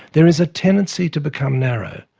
there is a tendency to become narrow.